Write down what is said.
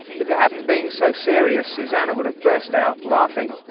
if it hadn't been so serious, susannah would have burst out laughing.